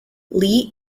lee